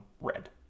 red